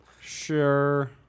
Sure